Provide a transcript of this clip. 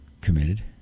committed